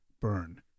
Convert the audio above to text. burn